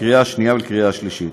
לקריאה שנייה ולקריאה שלישית.